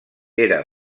era